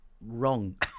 wrong